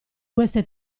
queste